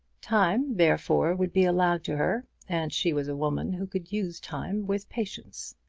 time, therefore, would be allowed to her, and she was a woman who could use time with patience.